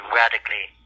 radically